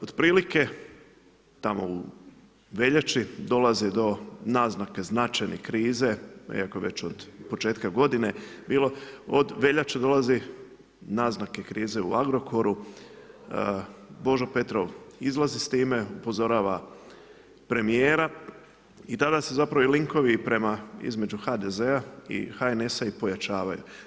Otprilike tamo u veljači dolazi do naznake značajne krize, iako je već od početka godine bilo, od veljače dolazi naznaka krize u Agrokoru, Božo Petrov izlazi s time upozorava premijera i tada su linkovi između HDZ-a i HNS-a pojačavaju.